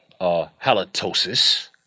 halitosis